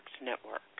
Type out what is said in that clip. Network